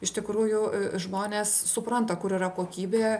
iš tikrųjų žmonės supranta kur yra kokybė